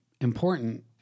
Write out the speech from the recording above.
important